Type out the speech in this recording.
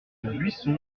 buisson